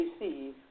receive